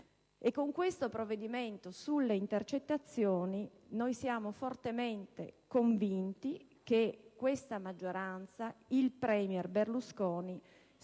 Con questo provvedimento sulle intercettazioni noi siamo fortemente convinti che la maggioranza e il premier Berlusconi